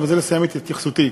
ובזה לסיים את התייחסותי.